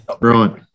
Right